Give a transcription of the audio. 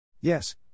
Yes